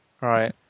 right